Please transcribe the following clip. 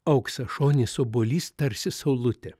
auksašonis obuolys tarsi saulutė